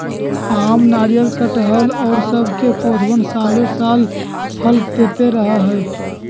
आम, नारियल, कटहल और सब के पौधवन सालो साल फल देते रहा हई